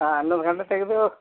ಹಾಂ ಹನ್ನೊಂದು ಗಂಟೆ ತೆಗ್ದು